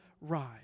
rise